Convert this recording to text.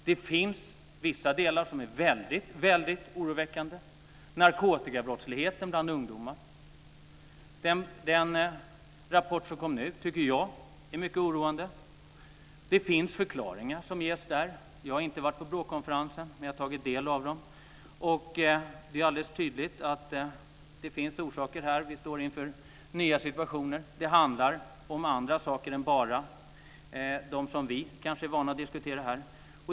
Det finns vissa delar som är väldigt oroväckande - narkotikabrottsligheten bland ungdomar. Den rapport som nu kom tycker jag är mycket oroande. Det ges förklaringar där. Jag har inte varit på BRÅ-konferensen, men jag har tagit del av den. Det är alldeles tydligt att det finns orsaker, vi står inför nya situationer. Det handlar om andra saker än bara dem som vi är vana att diskutera här.